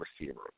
receiver